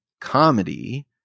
comedy